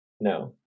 No